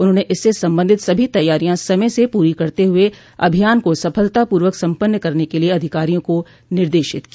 उन्होंने इससे संबंधित सभी तैयारियां समय से पूरी करते हुए अभियान को सफलता पूर्वक सम्पन्न करने के लिये अधिकारियों को निर्देशित किया